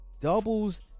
doubles